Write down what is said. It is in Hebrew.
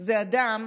זה אדם